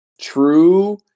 True